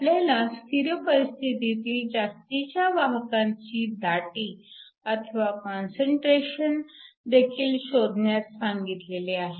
आपल्याला स्थिर परिस्थितीतील जास्तीच्या वाहकांची दाटी अथवा कॉन्सनट्रेशन देखील शोधण्यास सांगितलेले आहे